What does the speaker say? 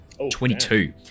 22